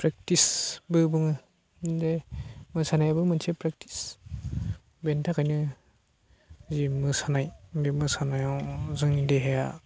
प्रेक्टिसबो बुङो दे मोसानायाबो मोनसे प्रेक्टिस बेनि थाखायनो जि मोसानाय बे मोसानायाव जोंनि देहाया